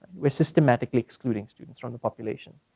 we're systematically excluding students from the population.